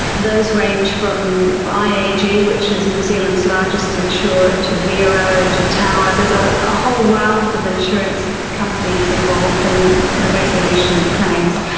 those range from iag, which is new zealand's largest insurer, ah to vero, to tower, there's a ah whole raft of insurance companies involved in the resolution of claims.